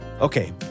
Okay